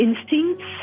instincts